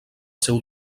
seu